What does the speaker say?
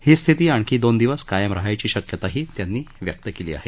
ही स्थिती आणखी दोन दिवस कायम राहण्याची शक्यता त्यांनी व्यक्त केली आहे